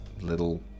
little